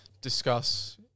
discuss